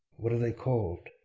what are they call'd?